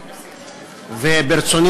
אחרון.